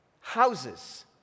houses